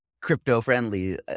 crypto-friendly